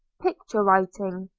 picture-writing